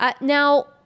Now